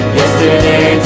yesterday